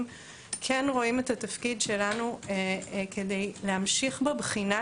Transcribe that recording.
כן רואים את התפקיד שלנו כדי להמשיך בבחינה,